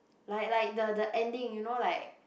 like like the the ending you know like